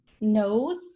nose